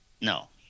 No